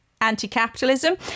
anti-capitalism